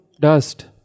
dust